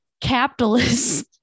capitalist